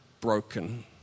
broken